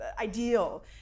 ideal